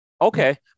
Okay